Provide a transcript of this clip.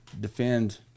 defend